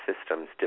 systems